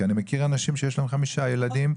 כי אני מכיר אנשים שיש להם חמישה ילדים,